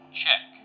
check